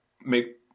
make